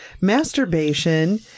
masturbation